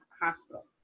hospital